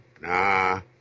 Nah